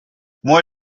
moi